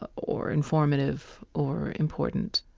ah or informative or important.